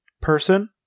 person